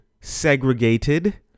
segregated